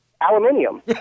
Aluminium